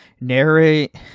narrate